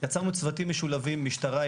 יצרנו צוותים משולבים משטרה,